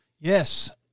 Yes